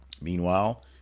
Meanwhile